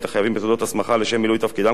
החייבים בתעודות הסמכה לשם מילוי תפקידם,